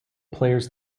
players